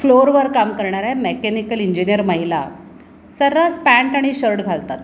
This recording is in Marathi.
फ्लोअरवर काम करणाऱ्या मेकॅनिकल इंजिनियर महिला सर्रास पँट आणि शर्ट घालतात